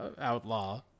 outlaw